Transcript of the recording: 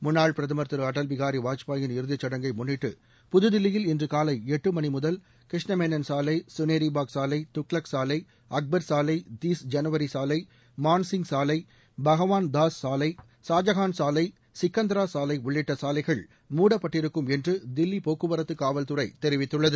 முன்னாள் பிரதமர் திரு அட்டல் பிகாரி வாஜ்பாயின் இறுதிச்சடங்கை முன்னிட்டு புதுதில்லியில் இன்று காலை எட்டு மணி முதல் கிருஷ்ணமேனன் சாலை சுனேரிபாக் சாலை துக்ளக் சாலை அக்பர் சாலை தீஸ் ஜனவரி சாலை மான் சிங் சாலை பகவான் தாஸ் சாலை ஷாஜகான் சாலை சிக்கந்தரா சாலை உள்ளிட்ட சாலைகள் மூடப்பட்டிருக்கும் என்று தில்லி போக்குவரத்துக் காவல்துறை தெரிவித்துள்ளது